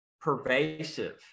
pervasive